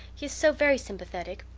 he is so very sympathetic.